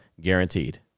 guaranteed